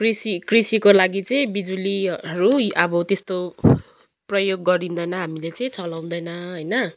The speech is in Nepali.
कृषि कृषिको लागि चाहिँ बिजुलीहरू अब त्यस्तो प्रयोग गरिँदैन हामीले चाहिँ चलाउँदैन होइन